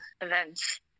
events